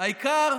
העיקר,